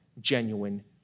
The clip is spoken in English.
genuine